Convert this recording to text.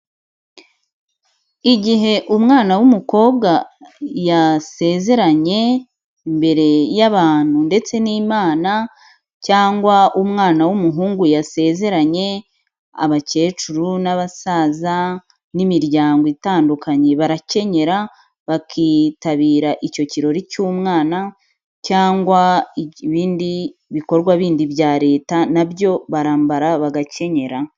Igihe umwana w'umukobwa yasezeranye imbere y'abantu ndetse n'imana cyangwa umwana w'umuhungu yasezeranye, abakecuru n'abasaza n'imiryango itandukanye barakenyera, bakitabira icyo kirori cy'umwana cyangwa ibindi bikorwa bindi bya leta na byo barambara bagakenyera.